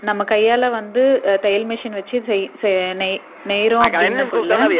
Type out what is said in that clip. நம்ம கையால் வந்து தையல் மிஷின் வச்சி செய் செ நெய் நெய்கிறோம் அப்படின்னக்குள்ள